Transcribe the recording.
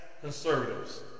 conservatives